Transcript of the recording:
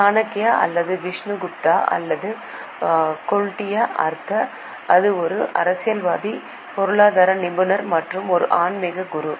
சாணக்யா அல்லது விஷ்ணுகுப்தா அல்லது கௌடில்யா ஆர்த்த அவர் ஒரு அரசியல்வாதி பொருளாதார நிபுணர் மற்றும் ஒரு ஆன்மீக குரு